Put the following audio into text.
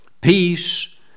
peace